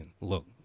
look